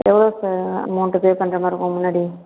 எவ்வளோ sir amount pay பண்ணுற மாதிரி இருக்கும் முன்னாடி